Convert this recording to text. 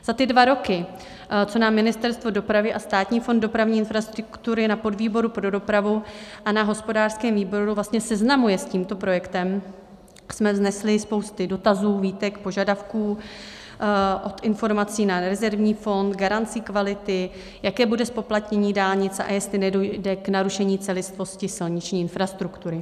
Za ty dva roky, co nás Ministerstvo dopravy a Státní fond dopravní infrastruktury na podvýboru pro dopravu a na hospodářském výboru seznamuje s tímto projektem, jsme vznesli spoustu dotazů, výtek, požadavků, od informací na Rezervní fond, garanci kvality, jaké bude zpoplatnění dálnic a jestli nedojde k narušení celistvosti silniční infrastruktury.